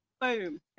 Boom